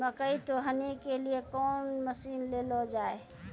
मकई तो हनी के लिए कौन मसीन ले लो जाए?